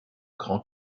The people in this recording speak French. grand